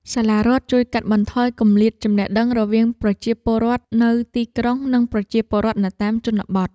សាលារដ្ឋជួយកាត់បន្ថយគម្លាតចំណេះដឹងរវាងប្រជាពលរដ្ឋនៅទីក្រុងនិងប្រជាពលរដ្ឋនៅតាមជនបទ។